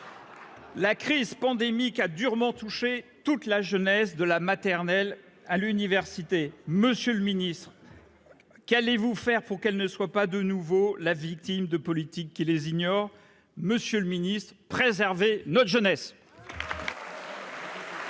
La crise pandémique a durement touché toute la jeunesse de la maternelle à l'université. Monsieur le Ministre. Qu'allez-vous faire pour qu'elle ne soit pas de nouveau la victime de politique qui les ignore. Monsieur le Ministre préserver notre jeunesse.